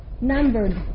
numbered